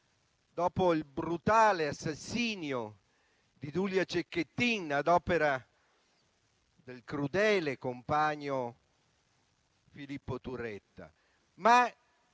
il brutale assassinio di Giulia Cecchettin ad opera del crudele compagno Filippo Turetta.